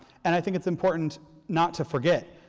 and i think it's important not to forget.